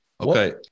Okay